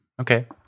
Okay